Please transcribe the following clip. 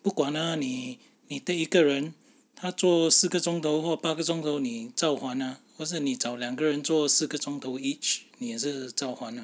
不管 ah 你 take 一个人他做四个钟头或八个钟头你照还或者你找两个人做四个钟头 each 你也是照还